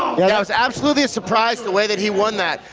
yeah i was absolutely surprised the way that he won that.